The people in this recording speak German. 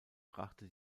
brachte